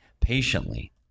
patiently